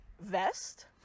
vest